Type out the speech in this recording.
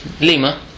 Lima